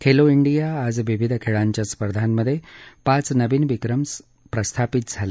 Khelo India आज विविध खेळांच्या स्पर्धांमधे पाच नवीन विक्रम प्रस्थापित झाले